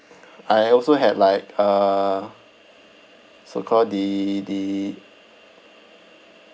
I also had like uh so call the the